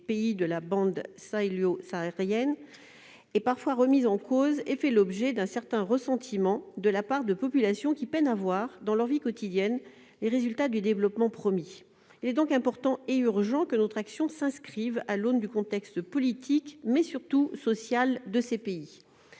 pays de la bande sahélo-saharienne est parfois remise en cause et fait l'objet d'un certain ressentiment de la part de populations qui peinent à voir, dans leur vie quotidienne, les résultats du développement promis. Il est donc important et urgent que notre action s'inscrive à l'aune du contexte politique, et surtout social, de ces pays.